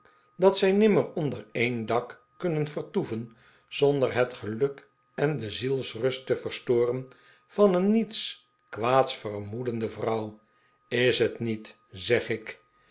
dat zij nimmer onder een dak kunnen vertoeven zonder het geluk en de zielsrust te verstoren van een niets kwaads vermoedende vrouw is het niet zeg ik